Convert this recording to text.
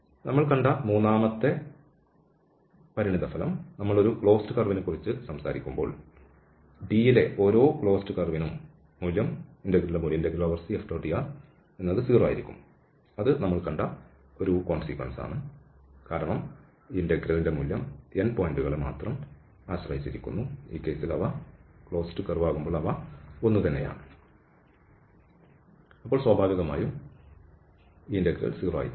നമ്മൾ കണ്ട മൂന്നാമത്തെ പരിണത ഫലം നമ്മൾ ഒരു ക്ലോസ്ഡ് കർവിനെകുറിച്ച് സംസാരിക്കുമ്പോൾ D യിലെ ഓരോ ക്ലോസ് കർവിനും മൂല്യം 0 ആയിരിക്കും അത് നമ്മൾ കണ്ട ഒരു അനന്തരഫലമാണ് കാരണം ഈ ഇന്റഗ്രൽ അവസാന പോയിന്റുകളെ മാത്രം ആശ്രയിച്ചിരിക്കുന്നു അവ ഒന്നുതന്നെയാണ് അപ്പോൾ സ്വാഭാവികമായും ഈ ഇന്റഗ്രൽ 0 ആയിത്തീരും